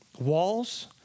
Walls